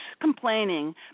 complaining